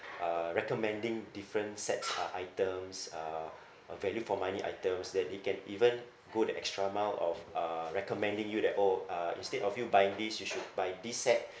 uh recommending different sets uh items uh uh value for money items that they can even go the extra mile of uh recommending you that oh uh instead of you buying these you should buy this set